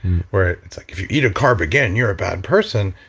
where it's like, if you eat a carb again, you're a bad person.